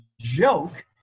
joke